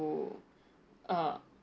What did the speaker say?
to uh